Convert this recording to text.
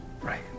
Right